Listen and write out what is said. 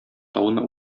тауны